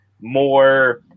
more